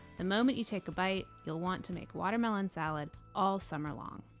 the moment you take a bite, you'll want to make watermelon salad all summer long!